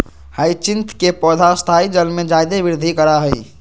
hyacinth के पौधा स्थायी जल में जादे वृद्धि करा हइ